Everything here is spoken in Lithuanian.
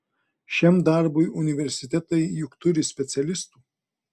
šiam darbui universitetai juk turi specialistų